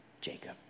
Jacob